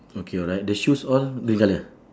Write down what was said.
okay right the shoes all green colour